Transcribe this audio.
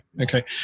Okay